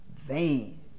vain